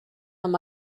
amb